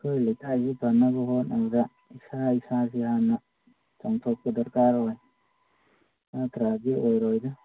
ꯑꯩꯈꯣꯏ ꯂꯩꯀꯥꯏꯁꯤ ꯐꯅꯕ ꯍꯣꯠꯅꯕꯗ ꯏꯁꯥ ꯏꯁꯥꯁꯤ ꯍꯥꯟꯅ ꯊꯥꯡꯇꯣꯛꯄ ꯗꯔꯀꯥꯔ ꯑꯣꯏ ꯅꯠꯇ꯭ꯔꯗꯤ ꯑꯣꯏꯔꯣꯏꯗ